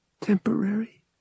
Temporary